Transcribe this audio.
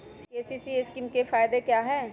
KCC scheme का फायदा क्या है?